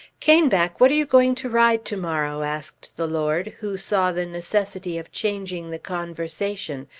caneback, what are you going to ride to-morrow? asked the lord who saw the necessity of changing the conversation,